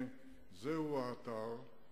זהו האתר,